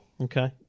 Okay